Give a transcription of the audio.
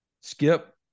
Skip